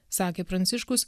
sakė pranciškus